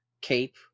cape